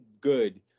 Good